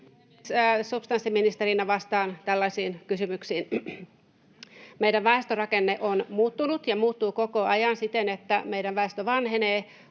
Substanssiministerinä vastaan tällaisiin kysymyksiin. — Meidän väestörakenne on muuttunut ja muuttuu koko ajan siten, että meidän väestö vanhenee,